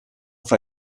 fra